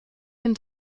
den